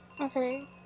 okay